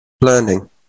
learning